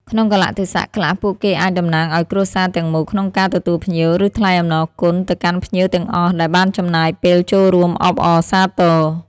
ក្នុងកាលៈទេសៈខ្លះ ពួកគេអាច តំណាងឱ្យគ្រួសារ ទាំងមូលក្នុងការ ទទួលភ្ញៀវ ឬ ថ្លែងអំណរគុណ ទៅកាន់ភ្ញៀវទាំងអស់ដែលបានចំណាយពេលចូលរួមអបអរសាទរ។